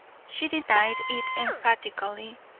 she denied it emphatically.